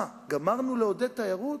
מה, גמרנו לעודד תיירות?